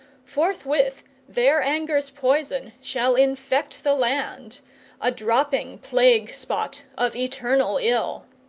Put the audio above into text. forthwith their anger's poison shall infect the land a dropping plague-spot of eternal ill.